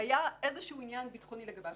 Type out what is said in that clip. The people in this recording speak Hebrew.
היה איזשהו עניין ביטחוני לגביו.